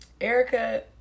Erica